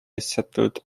settled